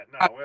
no